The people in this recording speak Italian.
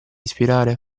ispirare